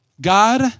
God